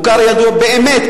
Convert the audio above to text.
באמת,